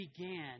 began